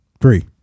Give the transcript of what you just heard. three